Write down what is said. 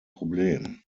problem